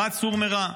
אחת, סור מרע,